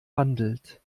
handelt